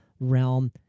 realm